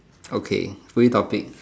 okay three topics